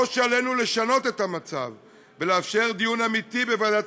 או שעלינו לשנות את המצב ולאפשר דיון אמיתי בוועדת